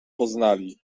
poznali